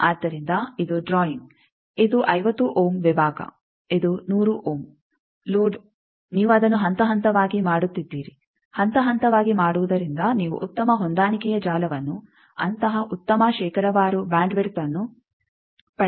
ಆದ್ದರಿಂದ ಇದು ಡ್ರಾಯಿಂಗ್ ಇದು 50 ಓಮ್ ವಿಭಾಗ ಇದು 100 ಓಮ್ ಲೋಡ್ ನೀವು ಅದನ್ನು ಹಂತ ಹಂತವಾಗಿ ಮಾಡುತ್ತಿದ್ದೀರಿ ಹಂತಹಂತವಾಗಿ ಮಾಡುವುದರಿಂದ ನೀವು ಉತ್ತಮ ಹೊಂದಾಣಿಕೆಯ ಜಾಲವನ್ನು ಅಂತಹ ಉತ್ತಮ ಶೇಕಡಾವಾರು ಬ್ಯಾಂಡ್ ವಿಡ್ತ್ಅನ್ನು ಪಡೆಯುತ್ತೀರಿ